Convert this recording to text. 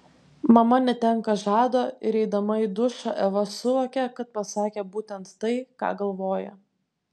mama netenka žado ir eidama į dušą eva suvokia kad pasakė būtent tai ką galvoja